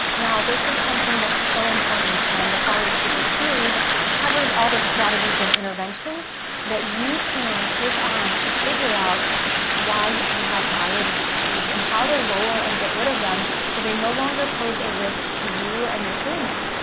now this is something that's so important and the thyroid secret series covers all the strategies and interventions that you can take on to figure out why you have thyroid antibodies and how to lower and get rid of them so they no longer pose a risk to you and your family.